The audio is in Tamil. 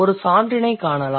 ஒரு சான்றினைக் காணலாம்